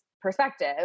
perspective